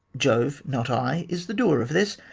jove, not i, is the doer of this,